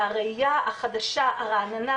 הראייה החדשה הרעננה,